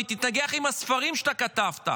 ותתנגח עם הספרים שאתה כתבת.